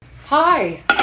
Hi